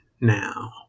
now